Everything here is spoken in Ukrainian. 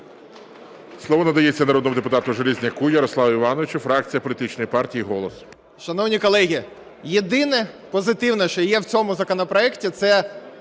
Слово надається народному депутату Железняку Ярославу Івановичу, фракція політичної партії "Голос". 14:12:15 ЖЕЛЕЗНЯК Я.І. Шановні колеги, єдине позитивне, що є в цьому законопроекті, це